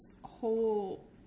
whole